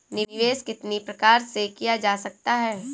निवेश कितनी प्रकार से किया जा सकता है?